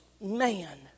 man